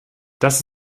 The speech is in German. das